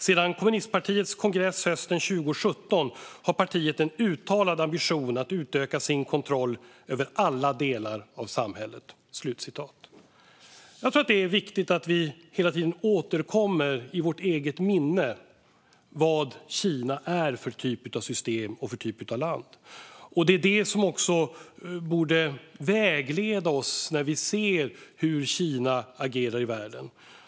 Sedan kommunistpartiets kongress hösten 2017 har partiet en uttalad ambition att utöka sin kontroll över alla delar av samhället." Jag tror att det är viktigt att vi hela tiden återkommer i vårt eget minne till vad Kina är för typ av system och typ av land. Det är det som också borde vägleda oss när vi ser hur Kina agerar i världen.